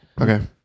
Okay